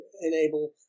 enable